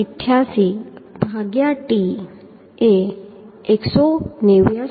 88 ભાગ્યા t એ 189